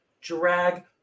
drag